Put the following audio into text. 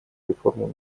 реформу